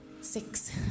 six